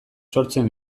sortzen